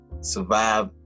survive